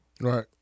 Right